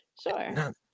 sure